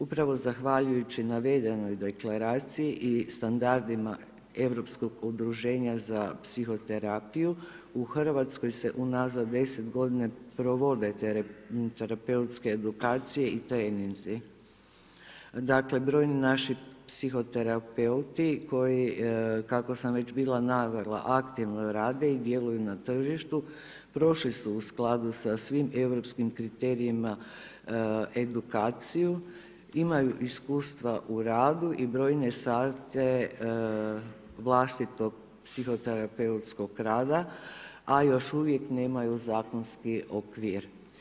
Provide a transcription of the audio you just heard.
Upravno zahvaljujući navedenoj deklaraciji i standardima europskog udruženja za psihoterapiju, u Hrvatskoj se unazad 10 g. provode te terapeutske edukacije i te … Dakle, broj naših psihoterapeuti, koji, kako sam već bila navela, aktivno rade i djeluju na tržištu, prošli su u skladu sa svim europskim kriterijima edukaciju, imaju iskustva u radu i brojne sate vlastitog psihoterapeutskog rada, a još uvijek nemaju zakonski okvir.